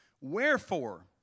Wherefore